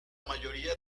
mayoría